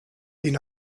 den